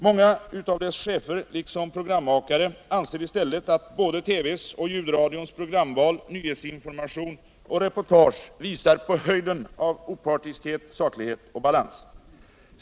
Många av dess chefer liksom programmakare anser i stället att både TV:ns och ljudradions programval, nyhetsinformation och reportage visar upp höjden av opartiskhet, saklighet och balans.